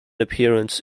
appearance